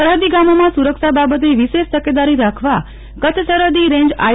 સરફદી ગામોમાં સુરક્ષા બાબતે વિશેષ તકેદારી રાખવા કચ્છ સરફદી આઈ